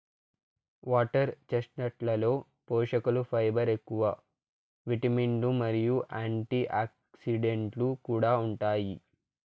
water చెస్ట్నట్లలో పోషకలు fibre ఎక్కువ, విటమిన్లు మరియు యాంటీఆక్సిడెంట్లు కూడా ఉంటాయి